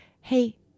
hey